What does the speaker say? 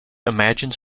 imagines